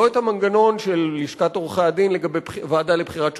לא את המנגנון של לשכת עורכי-הדין לגבי ועדה לבחירת שופטים,